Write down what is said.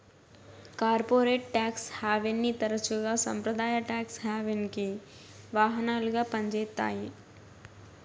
corporate tax హావెన్ని తరచుగా సంప్రదాయ టాక్స్ హావెన్కి వాహనాలుగా పంజేత్తాయి